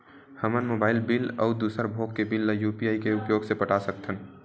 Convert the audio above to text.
हमन mobile bill अउ दूसर भोग के बिल ला यू.पी.आई के उपयोग से पटा सकथन